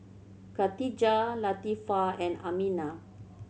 Katijah Latifa and Aminah